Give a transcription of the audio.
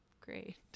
great